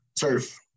turf